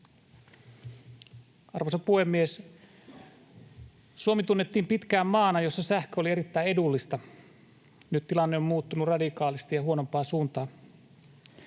Arvoisa puhemies! Suomi tunnettiin pitkään maana, jossa sähkö oli erittäin edullista. Nyt tilanne on muuttunut radikaalisti ja huonompaan suuntaan.